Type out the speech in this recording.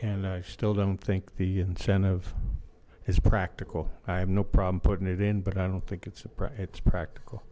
and i still don't think the incentive is practical i have no problem putting it in but i don't think it's a bright it's practical